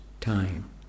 time